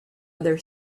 other